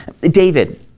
David